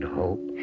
hope